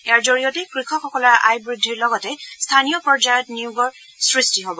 yup জৰিয়তে কৃষকসকলৰ আয় বৃদ্ধিৰ লগতে স্থানীয় পৰ্যায়ত নিয়োগৰ সৃষ্টি হব